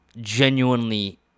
genuinely